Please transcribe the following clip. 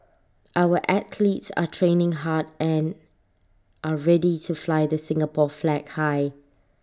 our athletes are training hard and are ready to fly the Singapore flag high